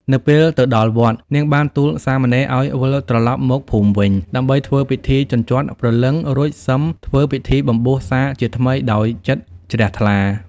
នៅពេលទៅដល់វត្ត នាងបានទូលសាមណេរឱ្យ វិលត្រឡប់មកភូមិវិញ ដើម្បីធ្វើពិធីជញ្ជាត់ព្រលឹង រួចសឹមធ្វើពិធីបំបួសសាជាថ្មីដោយចិត្តជ្រះថ្លា ។